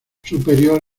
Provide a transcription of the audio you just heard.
superior